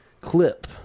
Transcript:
clip